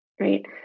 right